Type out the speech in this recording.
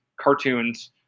cartoons